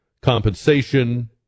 compensation